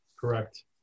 Correct